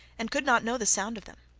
and could not know the sound of them.